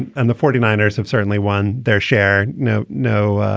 and the forty nine ers have certainly won their share. no, no,